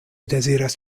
deziras